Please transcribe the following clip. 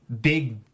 big